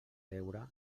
veure